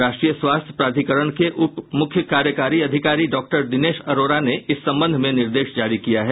राष्ट्रीय स्वास्थ्य प्राधिकरण के उप मुख्य कार्यकारी अधिकारी डॉक्टर दिनेश अरोड़ा ने इस संबंध में निर्देश जारी किया है